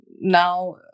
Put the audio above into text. now